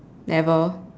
never